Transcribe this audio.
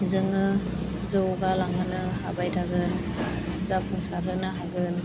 जोङो जौगालांहोनो हाबाय थागोन जाफुंसार होनो हागोन